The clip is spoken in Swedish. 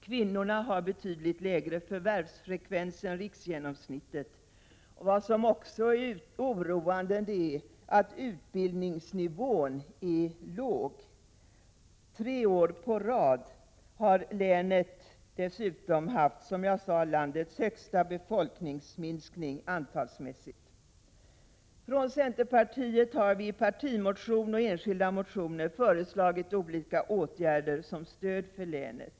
Kvinnorna har betydligt lägre förvärvsfrekvens än riksgenomsnittet. Vad som också är oroande är att utbildningsnivån är låg. Tre år i rad har länet dessutom haft landets största befolkningsminskning. Centerpartiet har i partimotioner och enskilda motioner föreslagit olika åtgärder som stöd för länet.